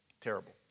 Terrible